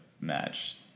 match